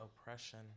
oppression